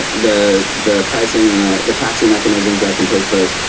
the the pricing and the the taxing mechanisms that can take place.